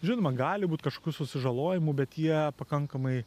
žinoma gali būt kažkokių susižalojimų bet jie pakankamai